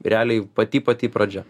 realiai pati pati pradžia